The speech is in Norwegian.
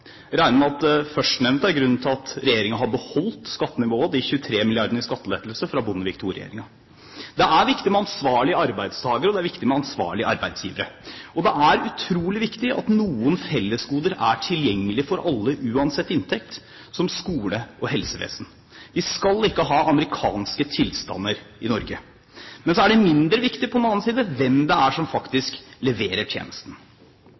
regner med at førstnevnte er grunnen til at regjeringen har beholdt skattenivået – de 23 milliardene i skattelettelse – fra Bondevik II-regjeringen. Det er viktig med ansvarlige arbeidstakere, og det er viktig med ansvarlige arbeidsgivere. Det er utrolig viktig at noen fellesgoder er tilgjengelig for alle, uansett inntekt, som skole og helsevesen. Vi skal ikke ha amerikanske tilstander i Norge. Men så er det på den annen side mindre viktig hvem det er som faktisk leverer tjenesten.